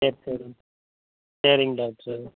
சரி சரிங்க சரிங்க டாக்டரு